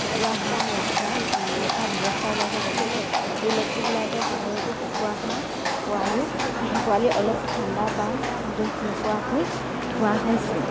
কুকুৰা হাঁহ ৰখা ৰখা ব্যৱস্থা ওলাইছে যেনেকে ইলেক্ট্ৰিক লাইটৰ পোহৰতো কুকুৰা হাঁহ পোৱালি অলপো ঠাণ্ডা বা দুখ নোপোৱাকৈ থোৱা হৈছে